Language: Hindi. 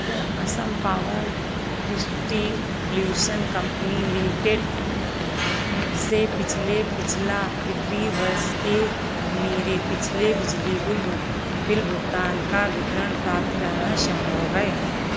क्या Assam power distribution company limited से पिछले पिछला वित्तीय वर्ष के मेरे पिछले बिजली बुल बिल भुगतान का विवरण प्राप्त करना संभव है